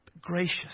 Gracious